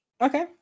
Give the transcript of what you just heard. okay